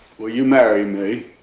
will you marry me?